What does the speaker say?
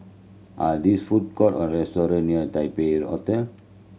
are this food court or restaurant near Taipei Hotel